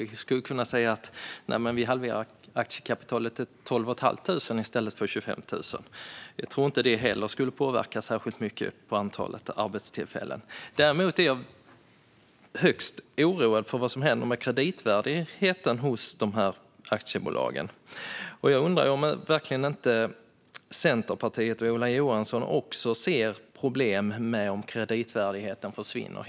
Vi skulle kunna säga att vi halverar aktiekapitalet till 12 500 i stället 25 000. Jag tror inte att det heller skulle påverka antalet arbetstillfällen särskilt mycket. Jag är dock högst oroad för vad som händer med kreditvärdigheten hos aktiebolagen. Ser inte Centerpartiet och Ola Johansson också problem om kreditvärdigheten helt försvinner?